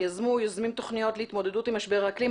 יוזמים תוכניות להתמודדות עם משבר האקלים.